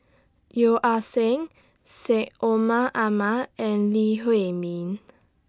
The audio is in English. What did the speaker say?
Yeo Ah Seng Syed Omar Ahmad and Lee Huei Min